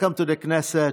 Welcome to the Knesset,